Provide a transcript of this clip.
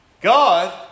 God